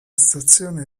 estrazione